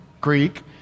Greek